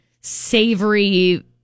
savory